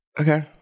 okay